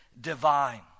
divine